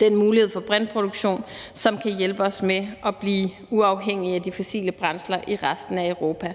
den strøm til brintproduktion, som kan hjælpe os med at blive uafhængige af de fossile brændsler i resten af Europa.